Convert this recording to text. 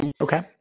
Okay